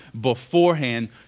beforehand